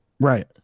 Right